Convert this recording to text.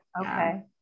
Okay